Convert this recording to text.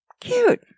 Cute